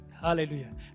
Hallelujah